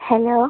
hello